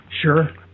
Sure